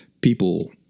People